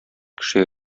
кешегә